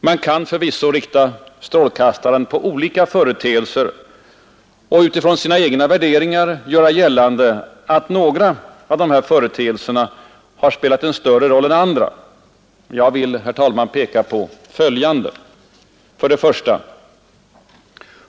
Men förvisso kan man rikta strålkastaren på olika företeelser och utifrån sina egna värderingar göra gällande att några spelat en större roll än andra. Jag vill, herr talman, peka på följande: 1.